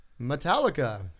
Metallica